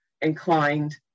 inclined